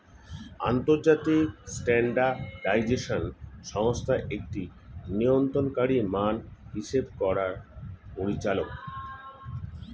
আন্তর্জাতিক স্ট্যান্ডার্ডাইজেশন সংস্থা একটি নিয়ন্ত্রণকারী মান হিসেব করার পরিচালক